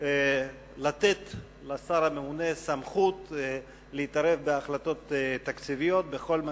לתת לשר הממונה סמכות להתערב בהחלטות תקציביות בכל מה